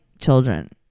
children